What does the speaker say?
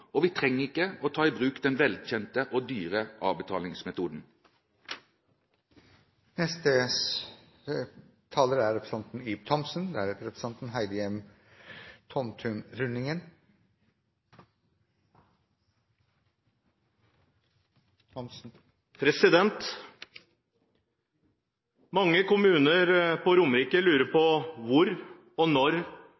og vi trenger ikke ta i bruk den velkjente og dyre avbetalingsmetoden. Mange kommuner på Romerike lurer på